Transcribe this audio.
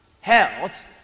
health